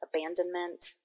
abandonment